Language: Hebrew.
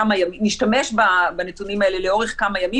נשתמש בנתונים האלה לאורך כמה ימים,